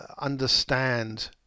understand